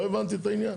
לא הבנתי את העניין.